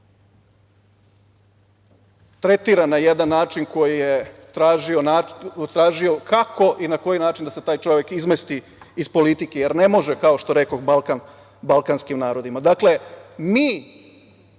tretiran na jedan način koji je kako i na koji način da se taj čovek izmesti iz politike, jer ne može kao što rekoh, Balkan balkanskim narodima. Dakle, mi